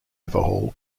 overhaul